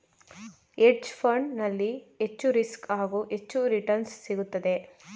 hedge fund ನಲ್ಲಿ ಹೆಚ್ಚು risk, ಹಾಗೂ ಹೆಚ್ಚು ರಿಟರ್ನ್ಸ್ ಸಿಗುತ್ತದೆ